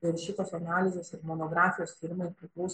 ir šitos analizės ir monografijos tyrimai priklauso